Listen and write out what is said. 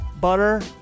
butter